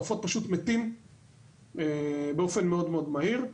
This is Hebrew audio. הם פשוט מתים באופן מאוד מהיר.